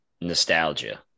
nostalgia